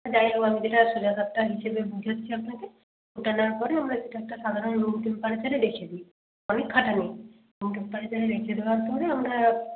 যাই হোক আমি যেটা সোজা সাপটা হিসেবে বুঝোচ্ছি আপনাকে ওটা দেওয়ার পরে আমরা ওটা একটা সাধারণ রুম টেম্পারেচারে রেখে দিই রুম টেম্পারেচারে রেখে দেওয়ার পরে আমরা